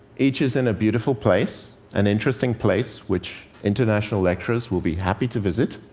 each is in a beautiful place, an interesting place, which international lecturers will be happy to visit.